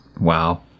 wow